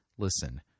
Listen